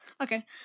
Okay